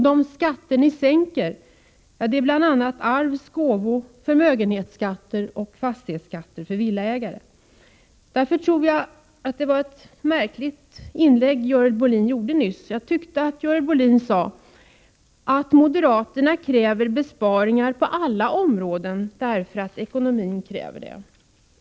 De skatter ni sänker är bl.a. arvs-, gåvo-, förmögenhetsoch fastighetsskatter för villaägare. Görel Bohlin höll ett märkligt inlägg nyss. Jag tyckte att hon sade att moderaterna kräver besparingar på alla områden därför att ekonomin kräver det.